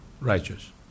righteous